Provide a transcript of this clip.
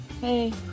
hey